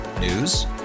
News